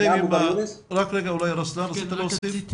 אולי רוסלאן, רצית להוסיף?